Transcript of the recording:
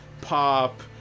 pop